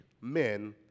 men